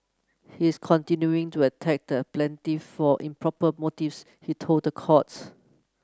he is continuing to attack the plaintiff for improper motives he told the court